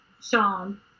Sean